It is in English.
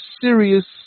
serious